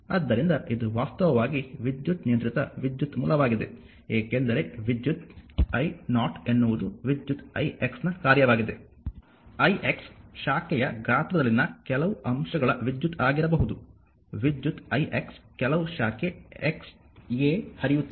ಆದ್ದರಿಂದ ಇದು ವಾಸ್ತವವಾಗಿ ವಿದ್ಯುತ್ ನಿಯಂತ್ರಿತ ವಿದ್ಯುತ್ ಮೂಲವಾಗಿದೆ ಏಕೆಂದರೆ ವಿದ್ಯುತ್ i0 ಎನ್ನುವುದು ವಿದ್ಯುತ್ ixನ ಕಾರ್ಯವಾಗಿದೆ ix ಶಾಖೆಯ ಗಾತ್ರದಲ್ಲಿನ ಕೆಲವು ಅಂಶಗಳ ವಿದ್ಯುತ್ ಆಗಿರಬಹುದು ವಿದ್ಯುತ್ ix ಕೆಲವು ಶಾಖೆ x a ಹರಿಯುತ್ತಿದೆ